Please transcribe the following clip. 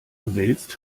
willst